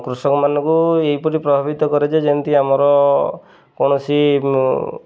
କୃଷକମାନଙ୍କୁ ଏହିପରି ପ୍ରଭାବିତ କରେ ଯେ ଯେମିତି ଆମର କୌଣସି